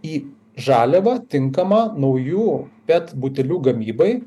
į žaliavą tinkamą naujų pet butelių gamybai